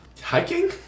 hiking